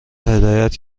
هدایت